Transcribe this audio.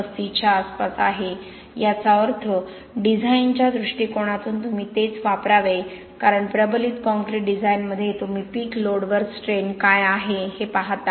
35 च्या आसपास आहे याचा अर्थ डिझाइनच्या दृष्टिकोनातून तुम्ही तेच वापरावे कारण प्रबलित काँक्रीट डिझाइनमध्ये तुम्ही पीक लोडवर स्ट्रैन काय आहे हे पाहता